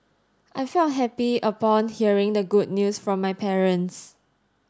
I felt happy upon hearing the good news from my parents